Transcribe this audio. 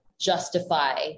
justify